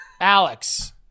Alex